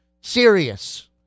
Serious